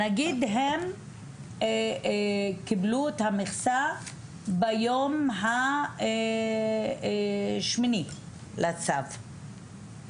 נגיד הם קיבלו את המכסה ביום השמיני לצו,